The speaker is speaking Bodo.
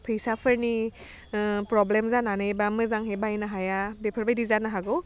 फैसाफोरनि ओह प्रब्लेम जानानै बा मोजांहै बाहायनो हाया बेफोरबायदि जानो हागौ